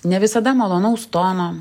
ne visada malonaus tono